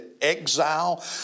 exile